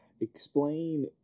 explain